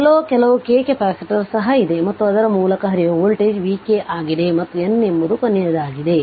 ಎಲ್ಲೋ ಕೆಲವು k capacitor ಸಹ ಇದೆ ಮತ್ತು ಅದರ ಮೂಲಕ ಹರಿಯುವ ವೋಲ್ಟೇಜ್ vk ಆಗಿದೆ ಮತ್ತು n ಎಂಬುದು ಕೊನೆಯದಾಗಿದೆ